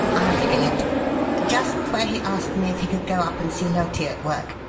i recollect just where he asked me if he could go up and see loti at work.